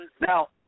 Now